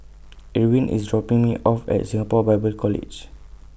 Irwin IS dropping Me off At Singapore Bible College